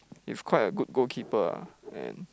he's quite a good goalkeeper and